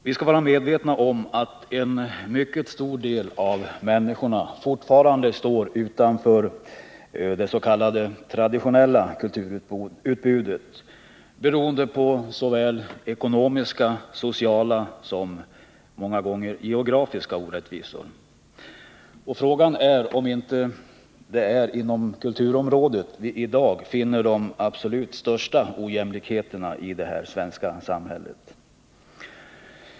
Vi skall vara medvetna om att en mycket stor del av människorna fortfarande står utanför det s.k. traditionella kulturutbudet, beroende på såväl ekonomiska som sociala och geografiska orättvisor. Frågan är om det inte är inom kulturområdet vi i dag finner de största ojämlikheterna i det svenska samhället.